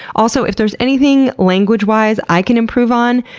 also, if there's anything language-wise i can improve on,